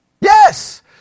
Yes